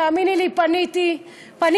תאמיני לי, פניתי.